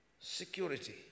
security